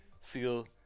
feel